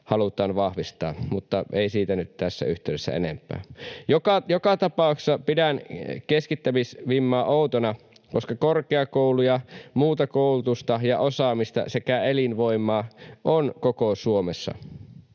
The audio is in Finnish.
halutaan vahvistaa. Mutta ei siitä nyt tässä yhteydessä enempää. Joka tapauksessa pidän keskittämisvimmaa outona, koska korkeakouluja, muuta koulutusta ja osaamista sekä elinvoimaa on koko Suomessa.